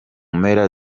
mpera